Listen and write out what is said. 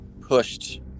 pushed